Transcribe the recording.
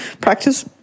practice